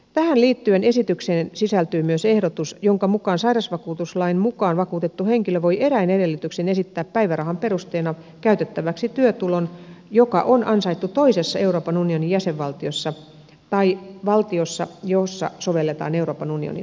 tähän liittyen esitykseen sisältyy myös ehdotus jonka mukaan sairausvakuutuslain mukaan vakuutettu henkilö voi eräin edellytyksin esittää päivärahan perusteena käytettäväksi työtulon joka on ansaittu toisessa euroopan unionin jäsenvaltiossa tai valtiossa jossa sovelletaan euroopan unionin lainsäädäntöä